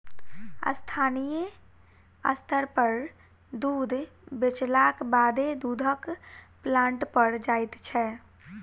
स्थानीय स्तर पर दूध बेचलाक बादे दूधक प्लांट पर जाइत छै